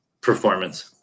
performance